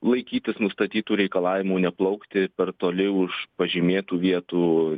laikytis nustatytų reikalavimų neplaukti per toli už pažymėtų vietų